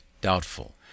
doubtful